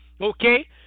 okay